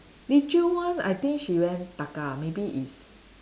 Li Choo one I think she went Taka maybe is